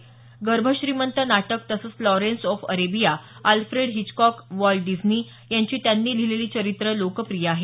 गर्भ श्रीमंत नाटक तसंच Lawrence of Arabia Alfred Hitchcock Walt Disney यांची त्यांनी लिहिलेली चरित्र लोकप्रिय आहेत